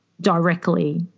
directly